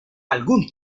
algún